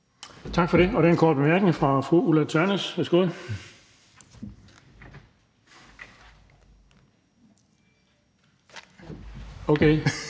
Tak for det. Der er en kort bemærkning fra fru Ulla Tørnæs. Værsgo. Okay,